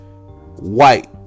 White